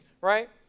right